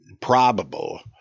probable